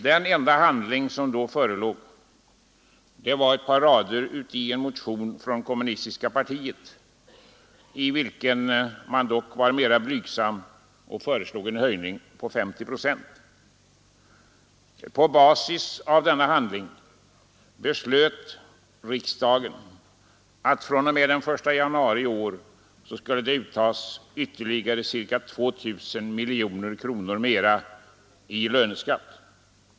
Den enda handling som då förelåg var ett par rader i en motion från kommunistiska partiet, i vilken man dock var mera blygsam och föreslog en höjning med 50 procent. På basis av denna handling beslöt riksdagen att fr.o.m. den 1 januari i år skall det uttas ytterligare ca 2 000 miljoner kronor i löneskatt.